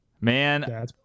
Man